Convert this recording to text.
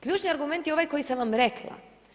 Ključni argument je ovaj koji sam vam rekla.